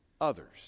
others